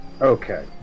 okay